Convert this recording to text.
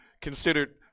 considered